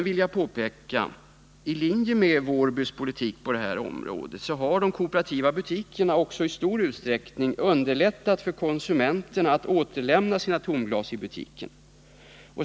I linje med Wårbys politik på det här området har de kooperativa butikerna istor utsträckning underlättat för konsumenterna att återlämna sina tomglas.